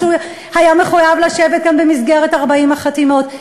כשהוא היה מחויב לשבת כאן במסגרת 40 החתימות,